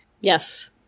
Yes